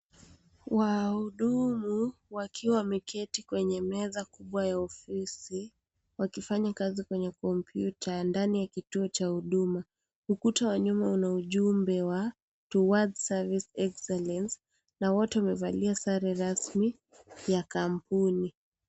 Wahudumu wakiwa wameketi kwenye meza kubwa ya ofisi , wakifanya kazi kwenye kompyuta ndani ya kituo cha huduma, ukuta wa nyuma una ujumbe wa (cs)reward service excellence(CS) na wote wamevalia sare rasmi ya kampuni.